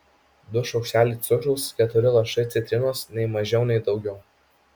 du šaukšteliai cukraus keturi lašai citrinos nei mažiau nei daugiau